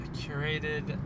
curated